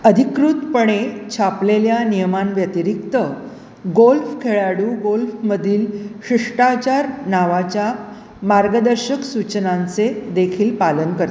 अधिकृतपणे छापलेल्या नियमांव्यतिरिक्त गोल्फ खेळाडू गोल्फमधील शिष्टाचार नावाच्या मार्गदर्शक सूचनांचे देखील पालन कर